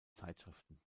zeitschriften